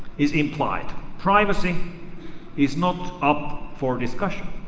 is implied. privacy is not up for discussion.